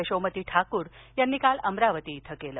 यशोमती ठाकूर यांनी काल अमरावती इथ केलं